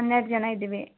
ಹನ್ನೆರಡು ಜನ ಇದ್ದೀವಿ